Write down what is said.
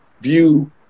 view